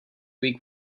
week